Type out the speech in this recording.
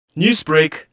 Newsbreak